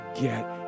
get